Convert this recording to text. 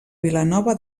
vilanova